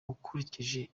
ukurikije